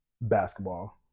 basketball